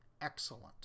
excellent